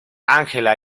angela